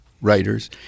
writers